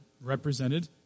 represented